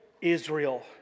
Israel